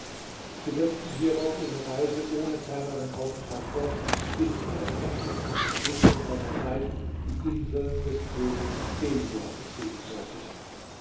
sie setzten hierauf ihre reise ohne ferneren aufenthalt fort bis ihnen endlich nach verfluß geraumer zeit die inseln des königs